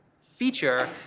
feature